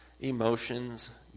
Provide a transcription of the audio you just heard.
emotions